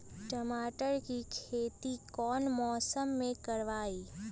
टमाटर की खेती कौन मौसम में करवाई?